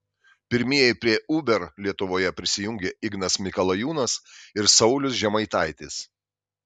pirmieji prie uber lietuvoje prisijungė ignas mikalajūnas ir saulius žemaitaitis